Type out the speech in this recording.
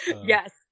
Yes